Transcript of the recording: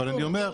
אמרתי את זה.